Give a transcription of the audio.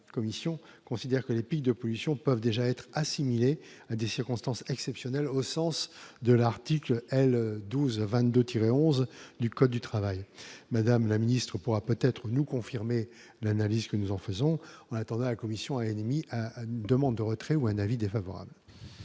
la Commission considère que les pics de pollution peuvent déjà être assimilés à des circonstances exceptionnelles, au sens de l'article L 12 22 tiré 11 du code du travail, madame la ministre pourra peut-être nous confirmer l'analyse que nous en faisons, on attend la commission et demi à la demande de retrait ou un avis défavorable.